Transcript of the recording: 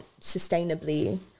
sustainably